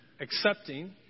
accepting